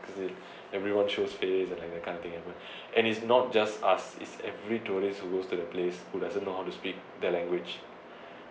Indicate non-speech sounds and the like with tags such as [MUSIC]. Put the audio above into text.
because everyone shows face and like that kind of thing ever and it's not just us is every tourist who go to the place who doesn't know how to speak their language [BREATH]